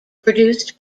produced